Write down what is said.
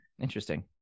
interesting